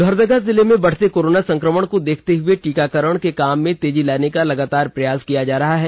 लोहरदगा जिला में बढ़ते कोरोना संक्रमण को देखते हए टीकाकरण के काम में तेजी लाने का लगातार प्रयास किया जा रहा है